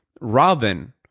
Robin